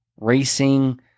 racing